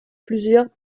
plusieurs